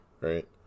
right